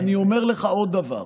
אני אומר לך עוד דבר,